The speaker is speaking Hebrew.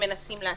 שמנסים לעשות.